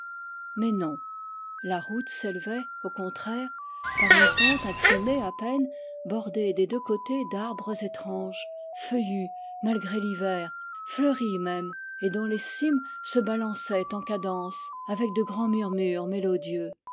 mais non la route s'élevait au contraire par une pente inclinée à peine bordée des deux côtés d'arbres étranges feuillus malgré l'hiver fleuris même et dont les cimes se balançaient en cadence avec de grands murmures mélodieux